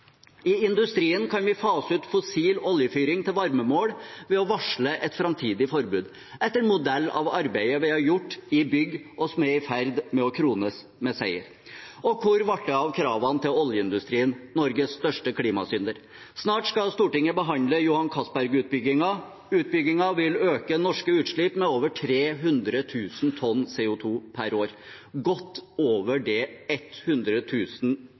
I industrien kan vi fase ut fossil oljefyring til varmeformål ved å varsle et framtidig forbud, etter modell av arbeidet vi har gjort i forbindelse med bygg, og som er i ferd med å krones med seier. Og hvor ble det av kravene til oljeindustrien – Norges største klimasynder? Snart skal Stortinget behandle Johan Castberg-utbyggingen. Utbyggingen vil øke norske utslipp med over 300 000 tonn CO 2 per år, godt over det